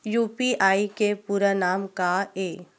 UPI के पूरा नाम का ये?